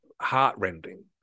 heartrending